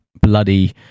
Bloody